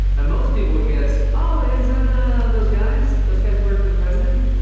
and most people would guess, oh, is that ah those guys, those guys who work for the president?